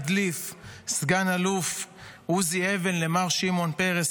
הדליף סגן-אלוף עוזי אבן למר שמעון פרס,